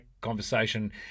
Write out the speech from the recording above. conversation